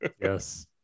Yes